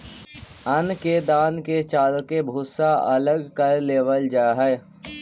अन्न के दान के चालके भूसा अलग कर लेवल जा हइ